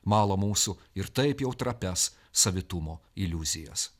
mala mūsų ir taip jau trapias savitumo iliuzijas